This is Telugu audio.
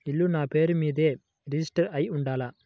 ఇల్లు నాపేరు మీదే రిజిస్టర్ అయ్యి ఉండాల?